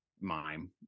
mime